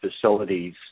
facilities